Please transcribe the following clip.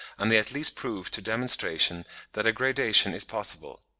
and they at least prove to demonstration that a gradation is possible.